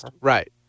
right